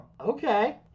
Okay